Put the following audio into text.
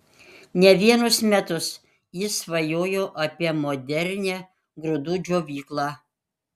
ne vienus metus jis svajojo apie modernią grūdų džiovyklą